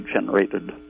generated